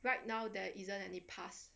right now there isn't any pass